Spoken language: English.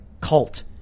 cult